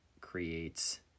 creates